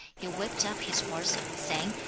he whipped up his horse, saying,